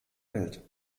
welt